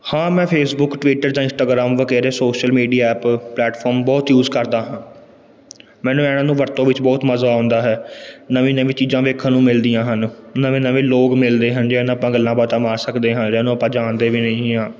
ਹਾਂ ਮੈਂ Facebook Twitter ਜਾਂ ਇੰਸਟਾਗਰਾਮ ਵਗੈਰਾ ਸੋਸ਼ਲ ਮੀਡੀਆ ਐਪ ਪਲੇਟਫਾਰਮ ਬਹੁਤ ਯੂਜ਼ ਕਰਦਾ ਹਾਂ ਮੈਨੂੰ ਇਹਨਾਂ ਨੂੰ ਵਰਤੋਂ ਵਿੱਚ ਬਹੁਤ ਮਜ਼ਾ ਆਉਂਦਾ ਹੈ ਨਵੀਂ ਨਵੀਂ ਚੀਜ਼ਾਂ ਵੇਖਣ ਨੂੰ ਮਿਲਦੀਆਂ ਹਨ ਨਵੇਂ ਨਵੇਂ ਲੋਕ ਮਿਲਦੇ ਹਨ ਜਿਹਨਾਂ ਨਾਲ ਆਪਾਂ ਗੱਲਾਂ ਬਾਤਾਂ ਮਾਰ ਸਕਦੇ ਹਾਂ ਜਿਹਨਾਂ ਨੂੰ ਆਪਾਂ ਜਾਣਦੇ ਵੀ ਨਹੀਂ ਆ